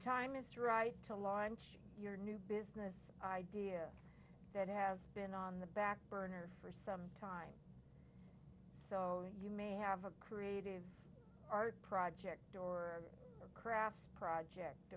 time is to write to launch your new business idea that has been on the back burner for some time so you may have a creative art project or a crafts project